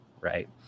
right